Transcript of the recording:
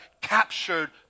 captured